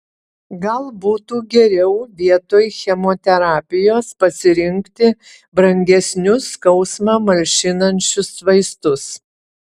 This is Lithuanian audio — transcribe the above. gal būtų geriau vietoj chemoterapijos pasirinkti brangesnius skausmą malšinančius vaistus